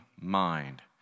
mind